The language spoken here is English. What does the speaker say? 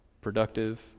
productive